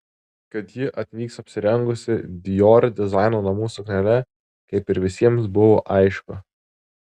kad ji atvyks apsirengusi dior dizaino namų suknele kaip ir visiems buvo aišku